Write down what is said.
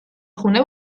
خونه